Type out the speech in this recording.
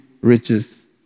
riches